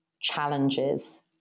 challenges